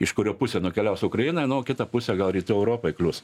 iš kurio pusė nukeliaus ukraina nu o kita pusė gal rytų europai klius